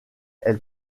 elle